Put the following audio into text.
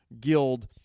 Guild